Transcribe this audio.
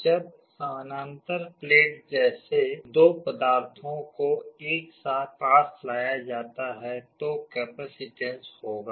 जब समानांतर प्लेट जैसे दो पदार्थों को एक साथ पास लाया जाता है तो कैपेसिटेन्स होगा